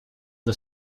the